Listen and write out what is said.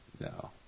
No